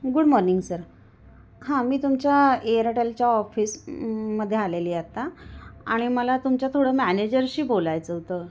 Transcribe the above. good morning sir हां मी तुमच्या एअरटेलच्या ऑफिसमध्ये आलेली आहे आता आणि मला तुमच्या थोडं मॅनेजरशी बोलायचं होतं